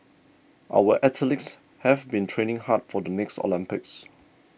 our athletes have been training hard for the next Olympics